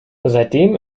seitdem